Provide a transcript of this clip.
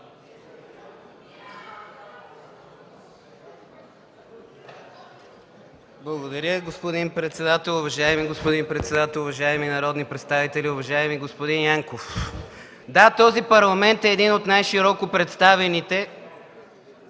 Благодаря, господин председател. Уважаеми господин председател, уважаеми народни представители! Уважаеми господин Янков, да, този Парламент е един от най-широко представените